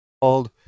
called